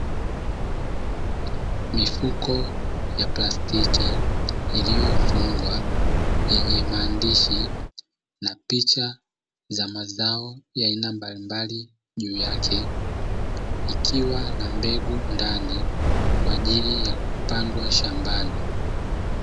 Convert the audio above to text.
Mifuko ya plastiki iliyofungwa yenye maandishi na picha za mazao ya aina mbalimbali juu yake, ikiwa na mbegu ndani kwa ajili ya kupandwa shambani.